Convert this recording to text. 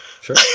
sure